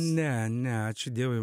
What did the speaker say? ne ne ačiū dievui